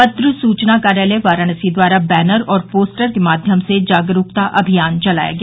पत्र सूचना कार्यालय वाराणसी द्वारा बैनर और पोस्टर के माध्यम से जागरूकता अमियान चलाया गया